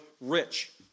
rich